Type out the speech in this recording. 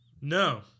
No